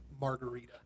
Margarita